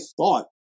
thought